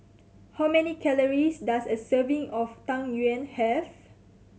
how many calories does a serving of Tang Yuen have